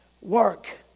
work